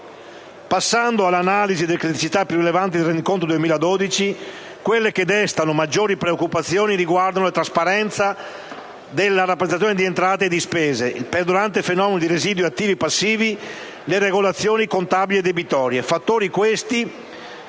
Passando all'analisi delle criticità più rilevanti del rendiconto 2012, quelle che destano maggiori preoccupazioni riguardano la trasparenza della rappresentazione di entrate e di spese, il perdurante fenomeno dei residui attivi e passivi e le regolazioni contabili e debitorie: